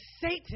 Satan